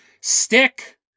stick